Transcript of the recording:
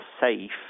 safe